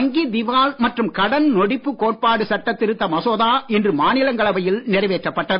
வங்கி திவால் மற்றும் கடன் நொடிப்பு கோட்பாடு சட்டத் திருத்த மசோதா இன்று மாநிலங்களவையில் நிறைவேற்றப் பட்டது